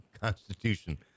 constitution